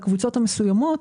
לקבוצות המסוימות,